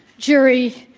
jury,